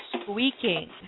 squeaking